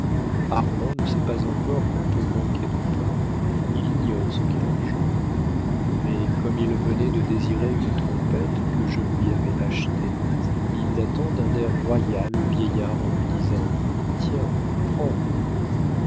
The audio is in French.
armand ne sait pas encore qu'on peut manquer de pain il ignore ce qu'est l'argent mais comme il venait de désirer une trompette que je lui avais achetée il la tend d'un air royal au vieillard en lui disant tiens prends